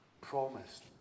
promised